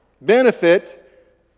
benefit